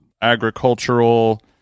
agricultural